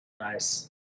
Nice